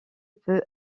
peu